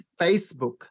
Facebook